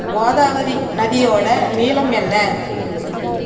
கோதாவரி நதியோட நீளம் என்ன